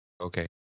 okay